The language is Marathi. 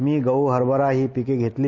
मी गह हरभराची ही पिकं घेतली